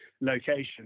location